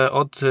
od